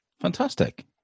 Fantastic